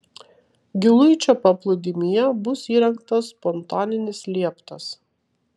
giluičio paplūdimyje bus įrengtas pontoninis lieptas